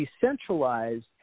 decentralized